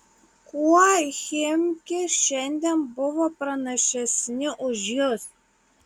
kuo chimki šiandien buvo pranašesni už jus